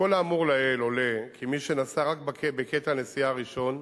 4. מכל האמור לעיל עולה כי מי שנסע רק בקטע הנסיעה הראשון,